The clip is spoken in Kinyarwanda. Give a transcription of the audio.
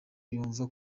yumva